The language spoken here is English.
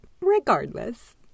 regardless